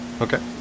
Okay